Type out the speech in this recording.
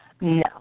No